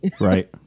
Right